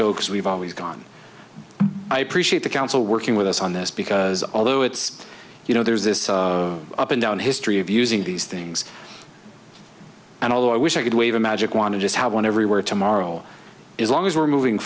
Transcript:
because we've always gone i appreciate the counsel working with us on this because although it's you know there's this up and down history of using these things and although i wish i could wave a magic wand or just have one every where tomorrow is long as we're moving